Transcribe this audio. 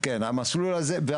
המסלול הזה הולך --- שכירות?